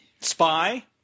Spy